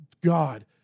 God